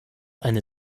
eine